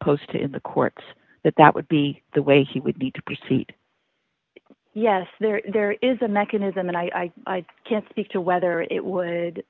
opposed to in the court that that would be the way he would be to proceed yes there there is a mechanism and i can't speak to whether it would